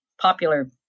popular